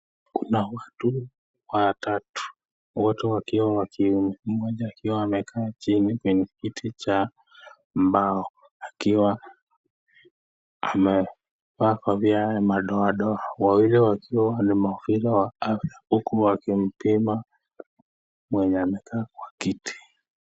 Kuna watu watatu wote wakiwa wa kiume mmoja akiwa amekaa chini kwenye kiti cha mbao akiwa amevaa kofia ya madoa doa wawili wakiwa ni maafisa wa afya huku wakimpima mwenye amekaa kwa kiti.